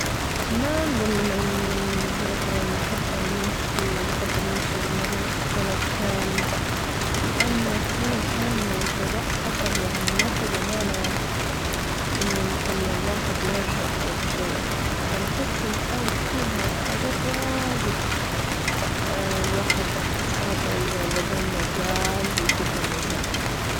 ما نظن إني مثلا نحب أو نمشي- نفضل نمشي للمريخ سنة كاملة، لأن السنة كاملة والفضاء خطر، يعني ما في ظمانة إن- إن الواحد يرجع أو شي، فنحس الأرض فيها حاجات واجد الواحد خاطره يجربها ما زال ويشوفها ما زال.